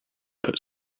put